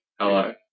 hello